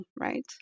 right